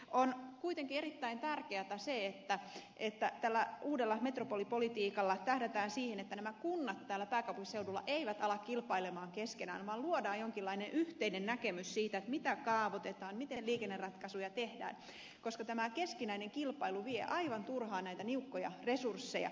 on kuitenkin erittäin tärkeätä se että tällä uudella metropolipolitiikalla tähdätään siihen että nämä kunnat pääkaupunkiseudulla eivät ala kilpailla keskenään vaan luodaan jonkinlainen yhteinen näkemys siitä mitä kaavoitetaan miten liikenneratkaisuja tehdään koska tämä keskinäinen kilpailu vie aivan turhaan näitä niukkoja resursseja